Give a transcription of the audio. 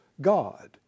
God